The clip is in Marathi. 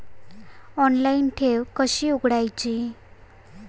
ऑनलाइन ठेव कशी उघडायची?